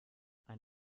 ein